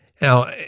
Now